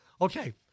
Okay